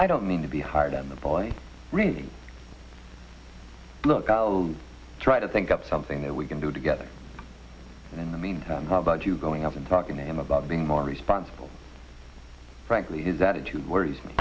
i don't mean to be hard on the boy ring look i'll try to think up something that we can do together in the meantime how about you going up and talking to him about being more responsible frankly is that it too worries me